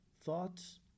thoughts